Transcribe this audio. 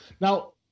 Now